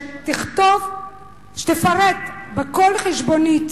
לפרט בכל חשבונית